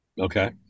okay